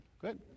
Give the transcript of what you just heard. Good